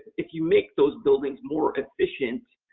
if you make those buildings more efficient,